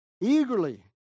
eagerly